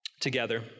Together